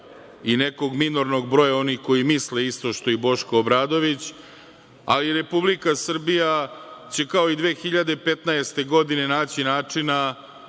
i nekog minornog broja onih koji misle isto što i Boško Obradović, a i Republika Srbija će kao i 2015. godine naći načina